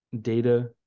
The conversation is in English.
Data